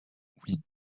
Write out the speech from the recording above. oui